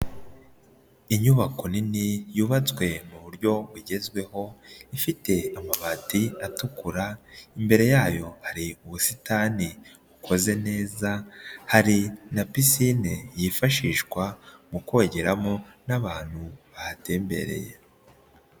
Inyubako nini yubatswe mu buryo bugezweho, ifite amabati atukura, imbere yayo hari ubusitani bukoze neza, hari na pisine yifashishwa mu kogeramo, n'abantu bahatembereye.